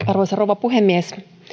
arvoisa rouva puhemies